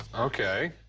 okay.